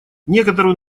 некоторую